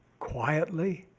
quietly,